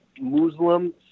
Muslim